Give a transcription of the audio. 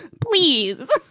Please